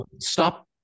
stop